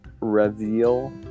reveal